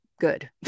good